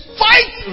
fight